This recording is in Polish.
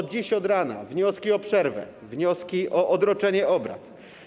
Dziś od rana są wnioski o przerwę, wnioski o odroczenie obrad.